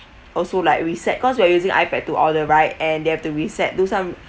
also like reset cause we are using ipad to order right and they have to reset do some